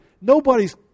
Nobody's